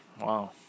Wow